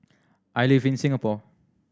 I live in Singapore